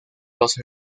los